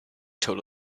told